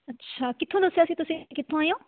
ਅੱਛਾ ਕਿੱਥੋਂ ਦੱਸਿਆ ਸੀ ਤੁਸੀਂ ਕਿੱਥੋਂ ਆਏ ਹੋ